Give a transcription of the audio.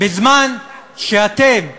בזמן שאתם,